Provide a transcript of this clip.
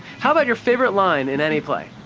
how about your favorite line in any play?